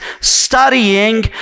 studying